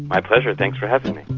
my pleasure, thanks for having me